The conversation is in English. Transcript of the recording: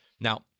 Now